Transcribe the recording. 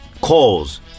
Calls